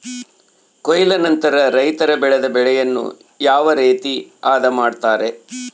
ಕೊಯ್ಲು ನಂತರ ರೈತರು ಬೆಳೆದ ಬೆಳೆಯನ್ನು ಯಾವ ರೇತಿ ಆದ ಮಾಡ್ತಾರೆ?